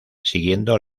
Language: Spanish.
siguiendo